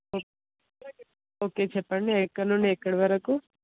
okay చెప్పండి ఎక్కడ నుంచి ఎక్కడ వరకు